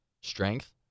strength